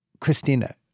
christina